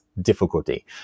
difficulty